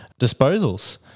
disposals